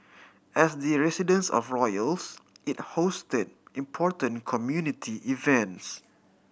as the residence of royals it hosted important community events